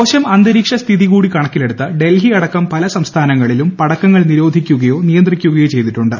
മോശം അന്തരീക്ഷസ്ഥിതി കൂടി കണക്കിലെടുത്ത് ഡൽഹിയടക്കം പല സംസ്ഥാനങ്ങളിലും പടക്കങ്ങൾ നിരോധിക്കുകയോ നിയന്ത്രിക്കുകയോ ചെയ്തിട്ടുണ്ട്